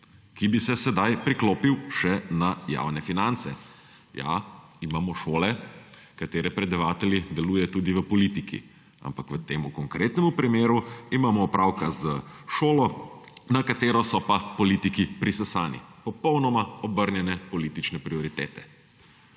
ki bi se sedaj priklopil še na javne finance. Ja, imamo šole, katere predavatelji delujejo tudi v politiki. Ampak v tem konkretnemu primeru imamo opravka s šolo, na katero so pa politiki prisesani. Popolnoma obrnjene politične prioritete.